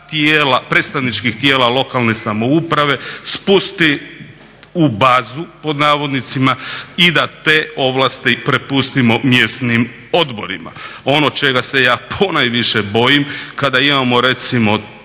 predstavničkih tijela lokalne samouprave spusti u "bazu" pod navodnicima i da te ovlasti prepustimo mjesnim odborima. Ono čega se ja ponajviše bojim kada imamo recimo